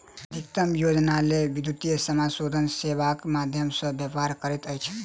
अधिकतम भोजनालय विद्युतीय समाशोधन सेवाक माध्यम सॅ व्यापार करैत अछि